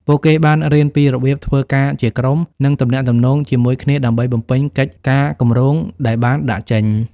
ពួកគេបានរៀនពីរបៀបធ្វើការជាក្រុម និងទំនាក់ទំនងជាមួយគ្នាដើម្បីបំពេញកិច្ចការគម្រោងដែលបានដាក់ចេញ។